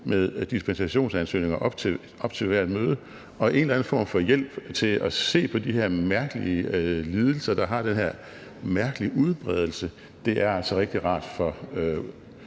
med dispensationsansøgninger op til hvert møde og en eller anden form for hjælp til at se på de her mærkelige lidelser, der har den her mærkelige udbredelse. Det er altså rigtig rart for